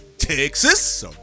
Texas